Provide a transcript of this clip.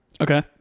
Okay